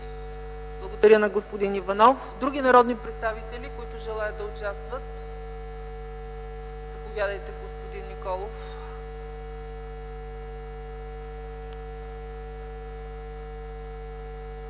Благодаря на господин Иванов. Други народни представители, които желаят да участват. Заповядайте, господин Николов.